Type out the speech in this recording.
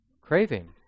craving